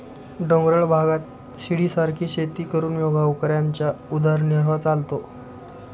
डोंगराळ भागात शिडीसारखी शेती करून गावकऱ्यांचा उदरनिर्वाह चालतो